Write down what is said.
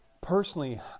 Personally